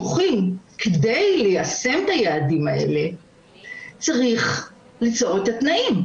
כדי ליישם את היעדים האלה לתפקודים הנמוכים צריך ליצור את התנאים,